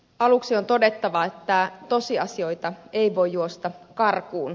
aluksi on todettava että tosiasioita ei voi juosta karkuun